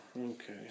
Okay